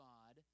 God